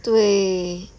对